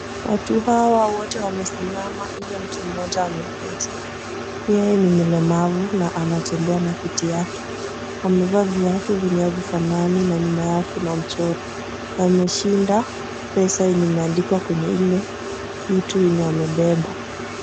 Watu hawa wote wamesimama ila mtu mmoja ameketi yeye ni mlemavu na anatembea na kiti yake. Amevaa viatu vyenye havifanani na nyuma yao kuna mchoro. Ameshinda pesa imeandikwa kwenye ile kitu wamebeba.